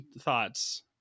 thoughts